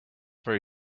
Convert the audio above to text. very